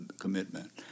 commitment